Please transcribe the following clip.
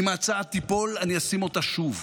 אם ההצעה תיפול, אני אשים אותה שוב,